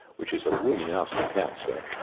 which is a really nasty cancer,